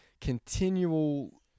continual